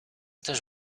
też